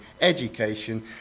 education